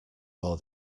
more